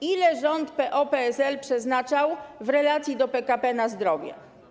Ile rząd PO-PSL przeznaczał w relacji do PKB na zdrowie?